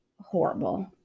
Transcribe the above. horrible